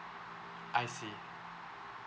I see